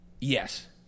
Yes